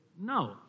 No